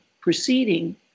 proceeding